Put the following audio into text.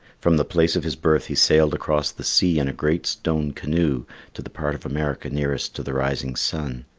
from the place of his birth he sailed across the sea in a great stone canoe to the part of america nearest to the rising sun.